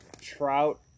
trout